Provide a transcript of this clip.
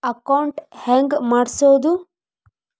Account ಹೆಂಗ್ ಮಾಡ್ಸೋದು?